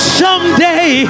someday